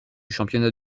championnat